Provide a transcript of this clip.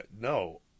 No